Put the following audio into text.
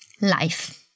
Life